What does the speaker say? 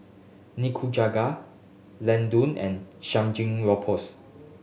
Nikujaga Ladoo and Samgeyopsal